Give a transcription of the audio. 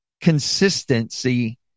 consistency